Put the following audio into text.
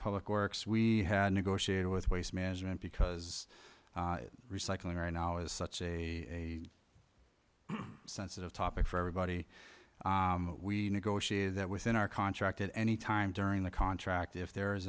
public works we had negotiated with waste management because recycling right now is such a sensitive topic for everybody we negotiated that within our contract at any time during the contract if there is